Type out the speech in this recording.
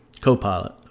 Co-pilot